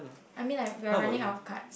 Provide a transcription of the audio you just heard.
I mean like we are running out of cards